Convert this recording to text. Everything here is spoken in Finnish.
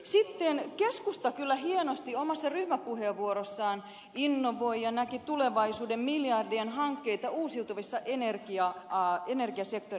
sitten keskusta kyllä hienosti omassa ryhmäpuheenvuorossaan innovoi ja näki tulevaisuuden miljardien hankkeita uusiutuvan energian sektorilla